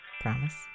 promise